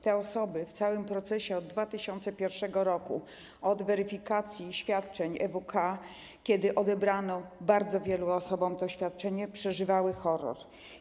Te osoby w całym procesie od 2001 r., od weryfikacji świadczeń EWK, kiedy odebrano bardzo wielu osobom to świadczenie, przeżywały horror.